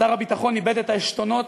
שר הביטחון איבד את העשתונות,